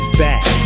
back